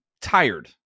tired